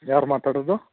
ಯಾರು ಮಾತಾಡೋದು